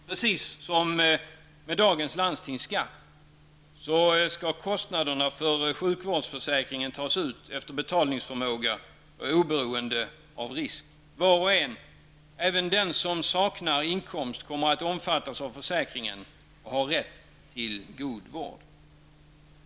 Precis som med dagens landstingsskatt skall kostnaderna för sjukvårdsförsäkringen tas ut efter betalningsförmåga och oberoende av risk. Var och en -- även den som saknar inkomst -- kommer att omfattas av försäkringen och har rätt till god vård.